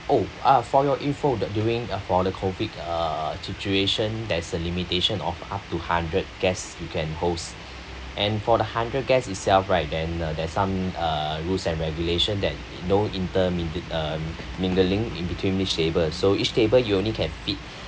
oh ah for your info that during uh for the COVID uh situation there's a limitation of up to hundred guests you can host and for the hundred guest itself right then uh there's some uh rules and regulation that no intermin~ uh mingling in between each table so each table you only can fit